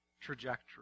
trajectory